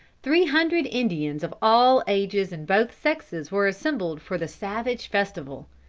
three hundred indians of all ages and both sexes were assembled for the savage festival.